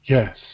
Yes